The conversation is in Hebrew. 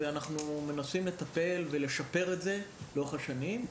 ואנחנו מנסים לטפל ולשפר את זה לאורך השנים.